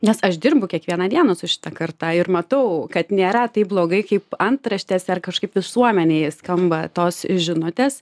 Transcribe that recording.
nes aš dirbu kiekvieną dieną su šita karta ir matau kad nėra taip blogai kaip antraštėse ar kažkaip visuomenėj skamba tos žinutės